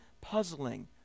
puzzling